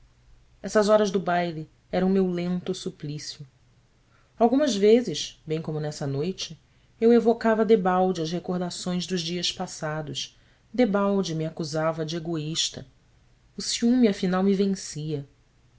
essas horas do baile eram meu lento suplício algumas vezes bem como nessa noite eu evocava debalde as recordações dos dias passados debalde me acusava de egoísta o ciúme afinal